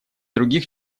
других